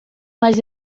mas